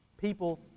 people